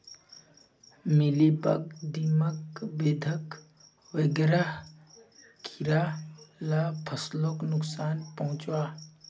mealybug, दीमक, बेधक वगैरह कीड़ा ला फस्लोक नुक्सान पहुंचाः